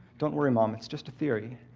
don't worry, mom, it's just a theory.